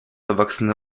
erwachsene